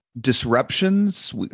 disruptions